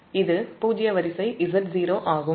இது பூஜ்ஜிய வரிசை Z0 ஆகும்